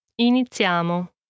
Iniziamo